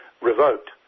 revoked